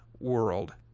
world